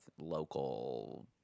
local